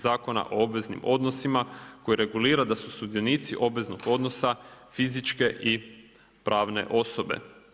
Zakona o obveznim odnosima koje regulira da su sudionici obveznog odnosa fizičke i pravne osobe.